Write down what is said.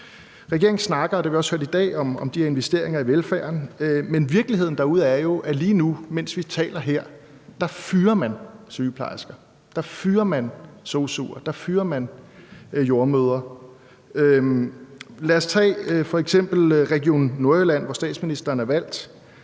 og det har vi også hørt i dag, men virkeligheden derude er jo, at lige nu, mens vi taler her, fyrer man sygeplejersker, fyrer man sosu'er, og fyrer man jordemødre. Lad os f.eks. tage Region Nordjylland, hvor statsministeren er valgt.